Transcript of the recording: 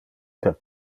per